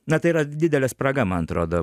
na tai yra didelė spraga man atrodo